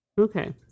Okay